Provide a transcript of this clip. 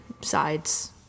sides